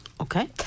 Okay